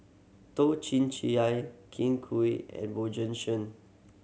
Toh Chin Chye Kin Chui and Bjorn Shen